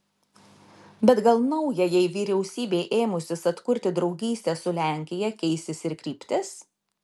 bet gal naujajai vyriausybei ėmusis atkurti draugystę su lenkija keisis ir kryptis